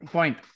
Point